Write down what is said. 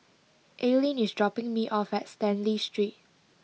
Aileen is dropping me off at Stanley Street